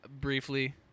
briefly